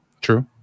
True